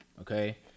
Okay